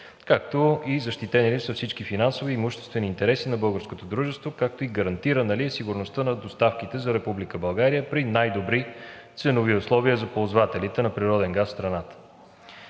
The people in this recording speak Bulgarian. както и защитени ли са всички финансови и имуществени интереси на българското дружество, както и гарантирана ли е сигурността на доставките за Република България при най-добри ценови условия за ползвателите на природен газ в страната.